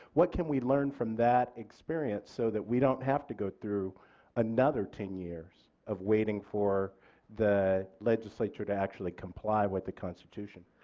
what can we learn from that experience so that we don't have to go through another ten years of waiting for the legislature to actually comply with the constitution?